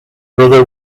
brother